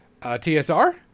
TSR